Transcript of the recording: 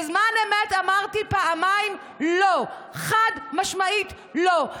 בזמן אמת אמרתי פעמיים: לא, חד-משמעית לא.